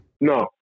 No